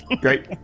Great